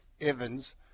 Evans